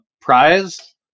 prize